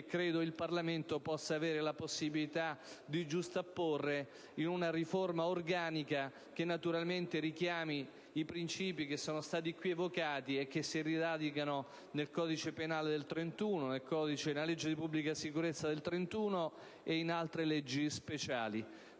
credo il Parlamento possa avere la possibilità di delineare in una riforma organica, che naturalmente richiami i principi qui evocati e che si radicano nel codice penale e nella legge di pubblica sicurezza del 1931 e in altre leggi speciali.